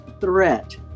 threat